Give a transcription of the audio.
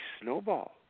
Snowball